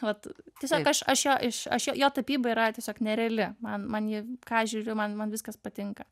vat tiesiog aš aš jo aš jo tapyba yra tiesiog nereali man man ji ką žiūriu man man viskas patinka